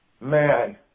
man